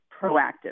proactive